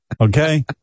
Okay